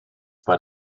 but